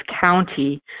County